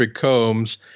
Combs